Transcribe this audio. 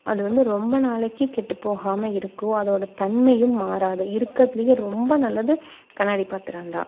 அது வந்து ரொம்ப நாளைக்கு கெட்டு போகாமல் இருக்கும் அதோட தன்மையும் மாறாது இருக்கறதுலேயே ரொம்ப நல்லது கண்ணாடி பாத்திரம் தான்